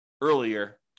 earlier